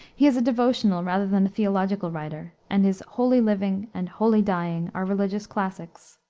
he is a devotional rather than a theological writer, and his holy living and holy dying are religious classics.